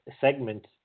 segment